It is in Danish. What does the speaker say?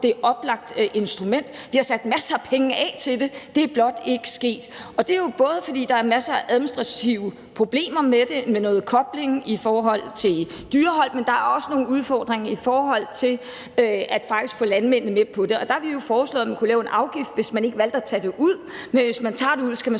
et oplagt instrument, og vi har sat masser af penge af til det. Det er blot ikke sket, og det er jo både, fordi der er masser af administrative problemer med det som noget kobling i forhold til dyrehold, men der er også nogle udfordringer i forhold til faktisk at få landmændene med på det. Der har vi jo foreslået, at man kunne lave en afgift, hvis man ikke valgte at tage det ud, men at hvis man tager det ud, skal man